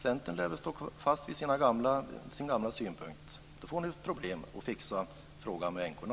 Centern lär väl stå kvar på sin gamla ståndpunkt. Då får ni problem att klara frågan om änkorna.